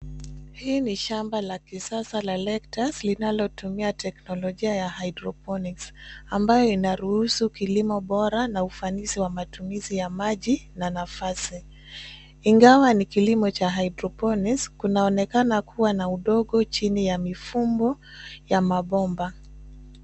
Hii ni shamba la kisasa la lettuce linalotumia teknolojia ya hydroponics , ambayo inaruhusu kilimo bora na ufanisi wa matumizi ya maji na nafasi. Ingawa ni kilimo cha hydroponics , kunaonekana kuwa na udongo chini ya mifumo ya mabomba.